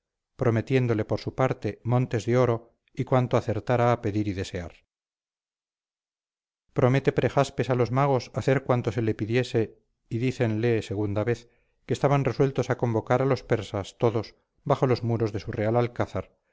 prometiéndole por su parte montes de oro y cuanto acertara a pedir y desear promete prejaspes a los magos hacer cuanto se le pidiese y dícenle segunda vez que estaban resueltos a convocar a los persas todos bajo los muros de su real alcázar